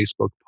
Facebook